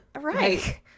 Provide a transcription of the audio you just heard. Right